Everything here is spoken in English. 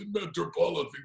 metropolitan